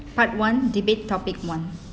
part one debate topic one